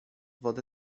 wodę